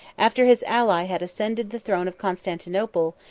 after his ally had ascended the throne of constantinople,